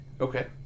Okay